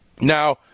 Now